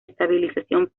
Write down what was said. estabilización